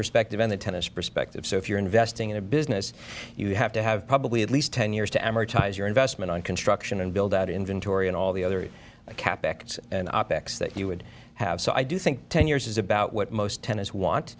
perspective and the tennis perspective so if you're investing in a business you have to have probably at least ten years to amortize your investment on construction and build out inventory and all the other kept an op ex that you would have so i do think ten years is about what most tennis want